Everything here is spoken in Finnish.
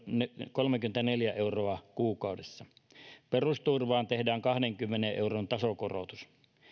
kolmekymmentäneljä euroa kuukaudessa perusturvaan tehdään kahdenkymmenen euron tasokorotus